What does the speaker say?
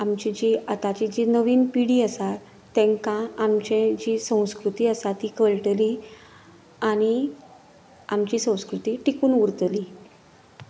आमची जी आताची जी नवीन पिढी आसा तेंकां आमची जी संस्कृती आसा तीं कळटली आनी आमची संस्कृती टिकून उरतली